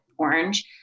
orange